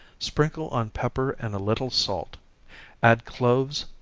sprinkle on pepper and a little salt add cloves,